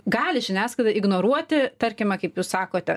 gali žiniasklaida ignoruoti tarkime kaip jūs sakote